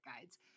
guides